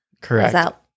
Correct